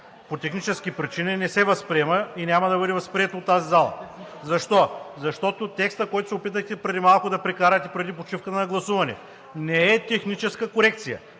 които вече са гласувани, не се възприема и няма да бъде възприето от тази зала. Защо? Защото текстът, който се опитахте преди малко да прекарате, преди почивката, на гласуване, не е техническа корекция.